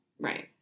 Right